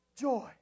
joy